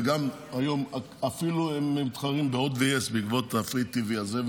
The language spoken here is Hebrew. והיום הם אפילו מתחרים בהוט ו-yes בעקבות FreeTV הזה,